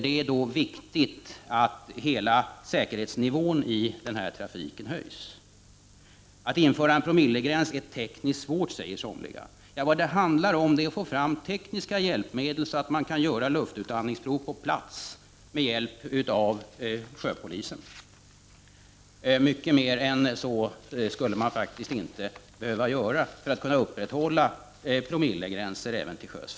Det är då viktigt att hela säkerhetsnivån i denna trafik höjs. Att införa en promillegräns är tekniskt svårt, säger somliga. Vad det handlar om är att få fram tekniska hjälpmedel så att man kan göra luftinandningsprov på plats med hjälp av sjöpolisen. Mycket mer än så skulle man inte behöva göra för att kunna upprätthålla en promillegräns även till sjöss.